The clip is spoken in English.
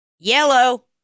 Yellow